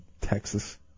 Texas